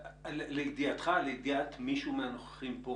לידיעתך או לידיעת מישהו מהנוכחים פה